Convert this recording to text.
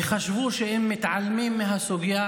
וחשבו שאם מתעלמים מהסוגיה,